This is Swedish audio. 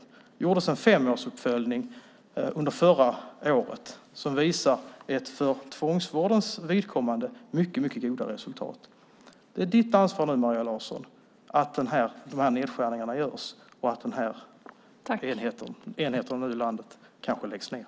Det gjordes en femårsuppföljning förra året som visar mycket goda resultat när det gäller tvångsvården. Det är du, Maria Larsson, som har ansvar för att nedskärningarna görs och att enheter i landet kanske läggs ned.